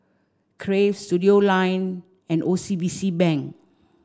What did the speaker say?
Crave Studioline and O C B C Bank